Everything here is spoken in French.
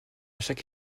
chaque